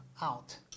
out